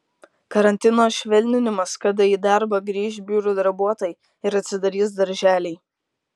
karantino švelninimas kada į darbą grįš biurų darbuotojai ir atsidarys darželiai